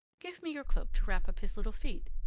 give me your cloak to wrap up his little feet,